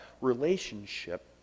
relationship